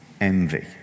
envy